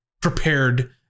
prepared